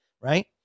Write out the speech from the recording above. right